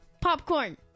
Popcorn